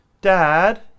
Dad